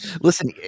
Listen